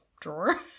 drawer